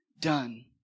done